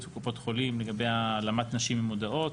וקופות חולים לגבי העלמת נשים ממודעות.